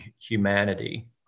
humanity